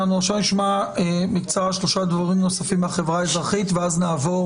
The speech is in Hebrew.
נשמע עכשיו בקצרה שלושה דוברים נוספים מהחברה האזרחית ואז נעבור